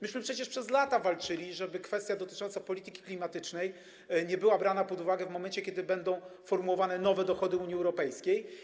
Myśmy przecież przez lata walczyli, żeby kwestia dotycząca polityki klimatycznej nie była brana pod uwagę, w momencie kiedy będą formułowane nowe dochody Unii Europejskiej.